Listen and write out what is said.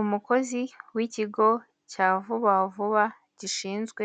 Umukozi w'ikigo cya vuba vuba gishinzwe